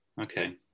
Okay